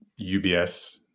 UBS